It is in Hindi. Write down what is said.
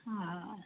हाँ